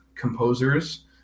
composers